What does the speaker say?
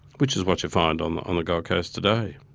which is what you find on the on the gold coast today.